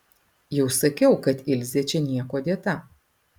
jau sakiau kad ilzė čia niekuo dėta